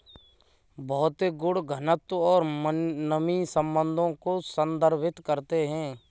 भौतिक गुण घनत्व और नमी संबंधों को संदर्भित करते हैं